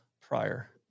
prior